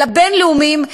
אלא בין-לאומיים,